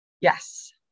yes